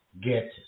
get